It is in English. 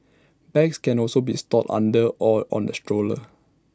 bags can also be stored under or on the stroller